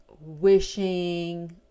wishing